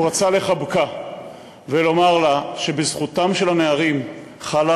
והוא רצה לחבקה ולומר לה שבזכותם של הנערים חלה